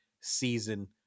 season